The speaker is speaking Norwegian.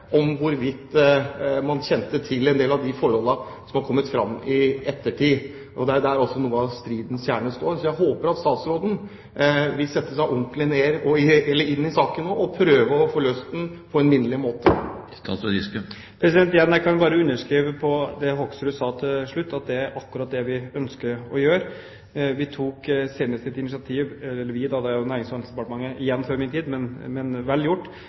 om hvorvidt man kjente til en del av de forholdene som har kommet fram i ettertid. Det er også det som er noe av stridens kjerne. Jeg håper at statsråden vil sette seg ordentlig inn i saken nå, og prøve å få løst den på en minnelig måte. Igjen: Jeg kan bare underskrive på det Hoksrud sa til slutt, at det er akkurat det vi ønsker å gjøre. Vi – ikke vi, da, det er jo Nærings- og handelsdepartementet, igjen, før min tid, men vel gjort